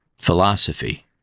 philosophy